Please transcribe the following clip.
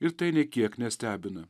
ir tai nė kiek nestebina